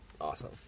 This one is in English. awesome